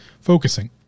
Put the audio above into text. focusing